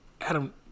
Adam